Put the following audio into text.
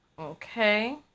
Okay